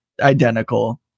identical